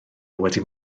wedi